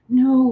no